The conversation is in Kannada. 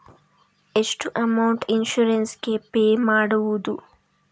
ಎಷ್ಟು ಅಮೌಂಟ್ ಇನ್ಸೂರೆನ್ಸ್ ಗೇ ಪೇ ಮಾಡುವುದು?